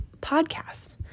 podcast